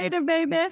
baby